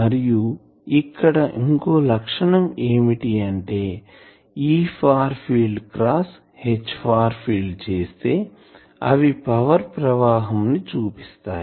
మరియు ఇక్కడ ఇంకో లక్షణం ఏమిటి అంటే E far field cross H far field చేస్తే అవి పవర్ ప్రవాహం ని చూపిస్తాయి